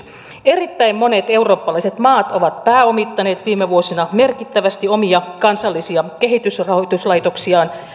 erittäin monet eurooppalaiset maat ovat pääomittaneet viime vuosina merkittävästi omia kansallisia kehitysrahoituslaitoksiaan